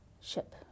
ship